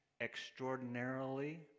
extraordinarily